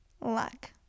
luck